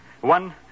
One